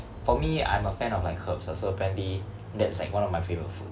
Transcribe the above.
for me I'm a fan of like herbs lah so apparently that's like one of my favourite food